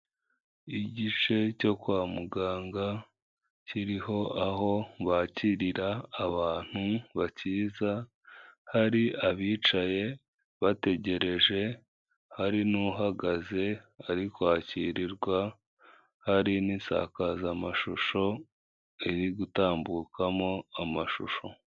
Igice cyo kwa muganga kiriho aho bakirira abantu bakiza, hari abicaye bategereje hari n'uhagaze uri kwakirwa, hari n'isakazamashusho riri gutambukamo amashusho.